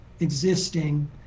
existing